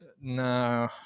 no